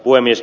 puhemies